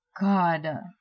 God